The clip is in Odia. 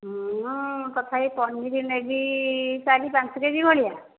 ମୁଁ ତଥାପି ପନିର ନେବି ଚାରି ପାଞ୍ଚ କେ ଜି ଭଳିଆ